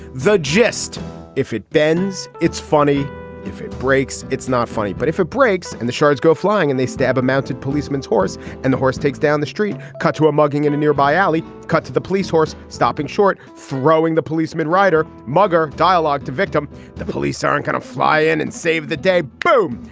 the gist if it bends it's funny if it breaks it's not funny but if it breaks and the shards go flying and they stab a mounted policeman's horse and the horse takes down the street cut to a mugging in a nearby alley cut to the police horse stopping short throwing the policeman rider mugger dialogue the victim the police are kind of fly in and save the day. boom.